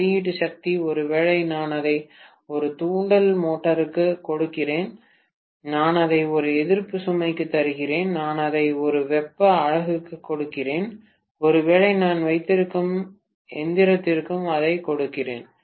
வெளியீட்டு சக்தி ஒருவேளை நான் அதை ஒரு தூண்டல் மோட்டருக்குக் கொடுக்கிறேன் நான் அதை ஒரு எதிர்ப்பு சுமைக்கு தருகிறேன் நான் அதை ஒரு வெப்ப அலகுக்குக் கொடுக்கிறேன் ஒருவேளை நான் வைத்திருக்கும் எந்திரத்திற்கும் அதைக் கொடுக்கிறேன்